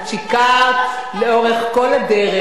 אבל, לא שיקרתי, את שיקרת לאורך כל הדרך,